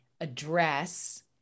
address